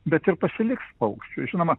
bet ir pasiliks paukščių žinoma